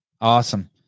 awesome